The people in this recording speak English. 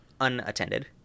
unattended